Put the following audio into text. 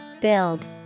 Build